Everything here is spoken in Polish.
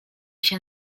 się